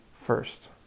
first